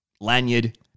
lanyard